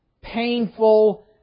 painful